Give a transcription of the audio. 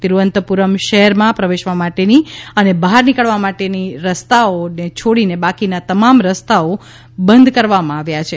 તિરૂઅનંતપુરમ શહેરમાં પ્રવેશવા માટેની અને બહાર નીકળવા માટેનો રસ્તો છોડીને બાકીના તમામ રસ્તાઓ બંધ કરવામાં આવ્યાં છે